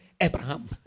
Abraham